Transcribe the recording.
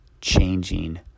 changing